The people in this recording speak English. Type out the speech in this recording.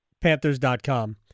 Panthers.com